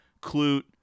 Clute